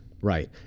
Right